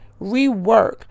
rework